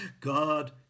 God